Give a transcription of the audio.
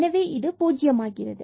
எனவே இது பூஜ்ஜியம் ஆகிறது